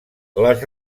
les